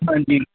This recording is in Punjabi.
ਹਾਂਜੀ